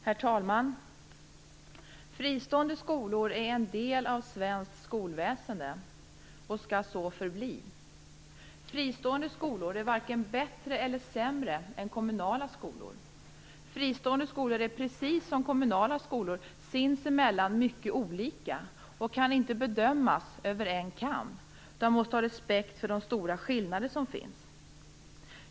Herr talman! Fristående skolor är en del av svenskt skolväsende och skall så förbli. Fristående skolor är varken bättre eller sämre än kommunala skolor. Fristående skolor är, precis som kommunala skolor, sinsemellan mycket olika och kan inte bedömas i klump. Man måste ha respekt för de stora skillnader som finns.